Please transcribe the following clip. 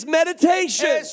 meditation